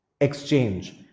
exchange